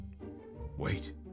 Wait